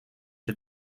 had